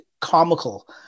comical